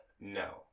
No